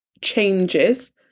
changes